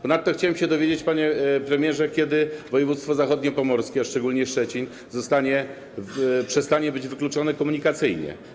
Ponadto chciałbym się dowiedzieć, panie premierze, kiedy województwo zachodniopomorskie, a szczególnie Szczecin, przestanie być wykluczone komunikacyjnie.